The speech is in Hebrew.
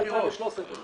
על כמה זמן